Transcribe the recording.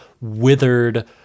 withered